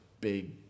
big